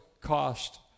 cost